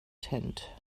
tent